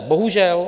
Bohužel.